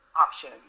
option